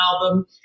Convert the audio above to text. album